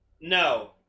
No